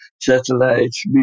satellites